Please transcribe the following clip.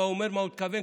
מה אומר ולמה הוא התכוון.